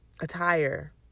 Attire